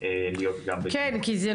שגם ככה אנחנו